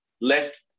left